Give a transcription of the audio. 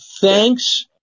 thanks